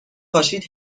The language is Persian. پاشید